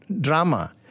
drama